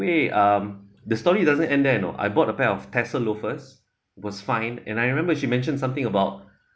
anyway um the story doesn't end there you know I bought a pair of tassel loafers was fine and I remember she mentioned something about